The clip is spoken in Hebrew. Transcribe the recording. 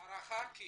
ההערכה כי